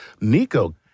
nico